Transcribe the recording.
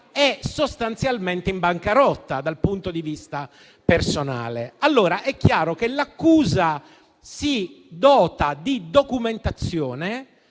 è sostanzialmente in bancarotta dal punto di vista personale. È chiaro che l'accusa si dota di documentazione,